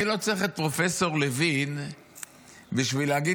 אני לא צריך את פרופ' לוין כדי להגיד